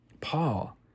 Paul